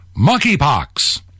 monkeypox